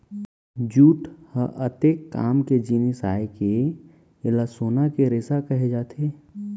jute ह अतेक काम के जिनिस आय के एला सोना के रेसा कहे जाथे